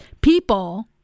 people